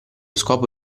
scopo